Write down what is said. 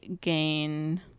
gain